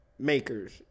makers